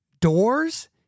doors